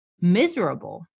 miserable